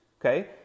okay